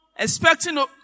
expecting